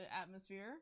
atmosphere